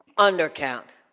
under count.